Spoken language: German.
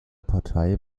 partei